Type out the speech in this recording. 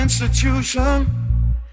institution